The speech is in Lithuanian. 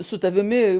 su tavimi